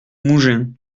mougins